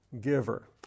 giver